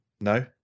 No